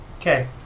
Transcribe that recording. Okay